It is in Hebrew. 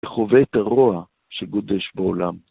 חווה את הרוע שגודש בעולם.